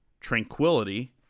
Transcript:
tranquility